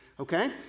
okay